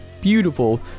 beautiful